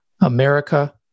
America